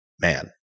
man